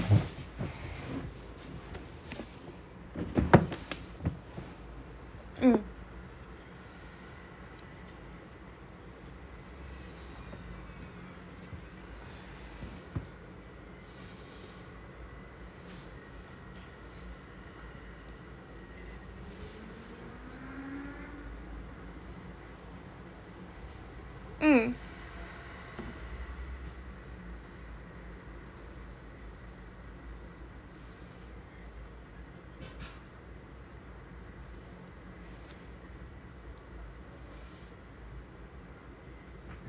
mm mm